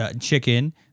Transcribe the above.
chicken